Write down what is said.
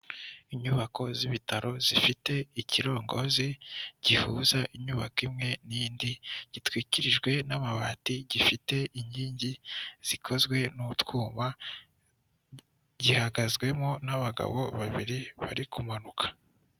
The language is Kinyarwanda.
Inyubako z'ibitaro zifite ikirongozi gihuza inyubako imwe n'indi, gitwikirijwe n'amabati gifite inkingi zikozwe n'utwuma gihagazwemo n'abagabo babiri bari kumanuka.